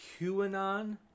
QAnon